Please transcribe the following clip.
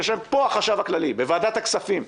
ישב פה החשב הכללי, בוועדת הכספים,